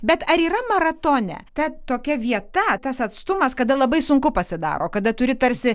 bet ar yra maratone ten tokia vieta tas atstumas kada labai sunku pasidaro kada turi tarsi